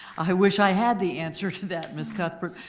i wish i had the answer to that, ms. cuthbert.